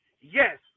Yes